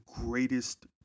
greatest